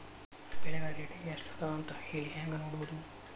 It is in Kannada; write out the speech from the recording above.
ಬೆಳೆಗಳ ರೇಟ್ ಎಷ್ಟ ಅದ ಅಂತ ಹೇಳಿ ಹೆಂಗ್ ನೋಡುವುದು?